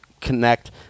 connect